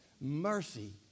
mercy